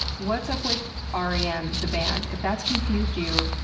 what's up with r e m, the band? if that's confused you,